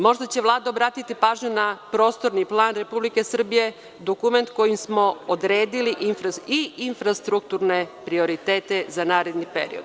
Možda će Vlada obratiti pažnju na prostorni plan RS, dokument kojim smo odredili i infrastrukturne prioritete za naredni period.